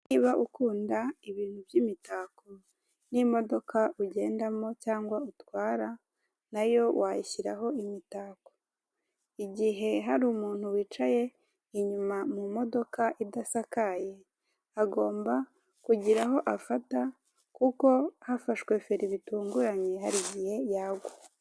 Niba ukunda ibintu by'imitako n'imodoka ugendamo cyangwa utwara na yo wayishyiraho imitako igihe hari umuntu wicaye inyuma mumodoka idasakaye, agomba kugira aho afata kuko hafashwe feri bitunguranye hari igihe yagwa.